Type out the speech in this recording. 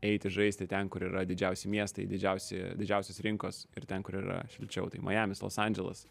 eiti žaisti ten kur yra didžiausi miestai didžiausi didžiausios rinkos ir ten kur yra šilčiau tai majamis los andželas